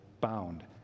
bound